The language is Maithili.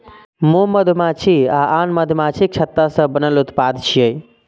मोम मधुमाछी आ आन माछीक छत्ता सं बनल उत्पाद छियै